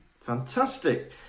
Fantastic